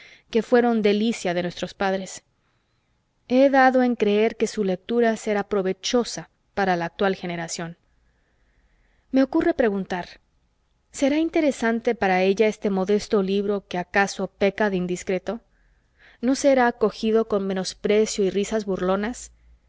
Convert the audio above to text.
que fueron delicia de nuestros padres he dado en creer que su lectura será provechosa para la actual generación me ocurre preguntar será interesante para ella este modesto libro que acaso peca de indiscreto no será acogido con menosprecio y risas burlonas